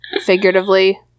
figuratively